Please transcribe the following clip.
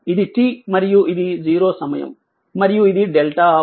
ఇది t మరియు ఇది 0 సమయం మరియు ఇది δ